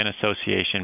association